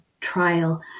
trial